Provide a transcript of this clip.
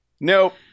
Nope